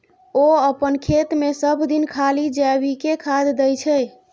ओ अपन खेतमे सभदिन खाली जैविके खाद दै छै